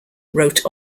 wrote